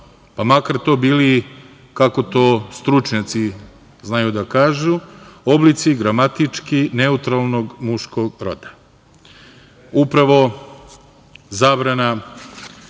pa makar to bili, kako to stručnjaci znaju da kažu, oblici gramatički neutralnog muškog roda. Upravo buduća